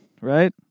right